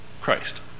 Christ